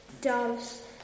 doves